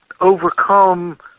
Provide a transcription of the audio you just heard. overcome